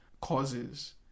causes